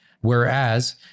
Whereas